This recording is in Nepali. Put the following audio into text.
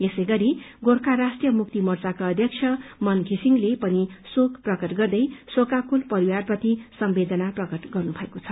यसै गरी गोर्खा राष्ट्रीय मुक्ति मोर्चाका अध्यक्ष मन विसिङले पनि शोक प्रकट गर्दै शोकाकुल परिवास्पति संवदेना प्रकट गर्नु भएको छ